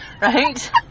right